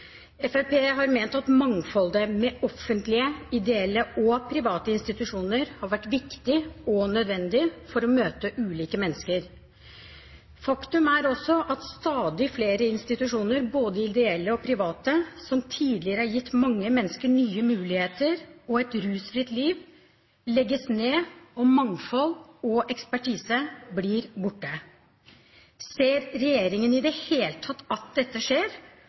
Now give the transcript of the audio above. – har ulik ballast og ulike tilleggsutfordringer. Fremskrittspartiet mener at mangfoldet med offentlige, ideelle og private institusjoner er viktig og nødvendig for å møte ulike mennesker. Faktum er også at stadig flere institusjoner, både ideelle og private, som tidligere har gitt mange mennesker mye muligheter og et rusfritt liv, legges ned, og mangfold og ekspertise blir borte. Ser regjeringen i det hele tatt at dette skjer?